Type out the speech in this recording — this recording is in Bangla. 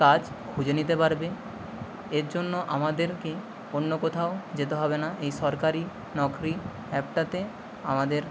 কাজ খুঁজে নিতে পারবে এর জন্য আমাদেরকে অন্য কোথাও যেতে হবে না এই সরকারি নকরি অ্যাপটাতে আমাদের